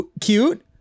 cute